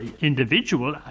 individual